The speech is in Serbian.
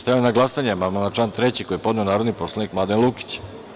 Stavljam na glasanje amandman na član 3. koji je podneo narodni poslanik Mladen Lukić.